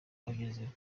wagezeho